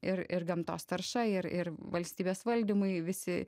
ir ir gamtos tarša ir ir valstybės valdymai visi